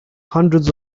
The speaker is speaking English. hundreds